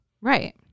Right